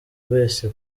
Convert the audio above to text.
wese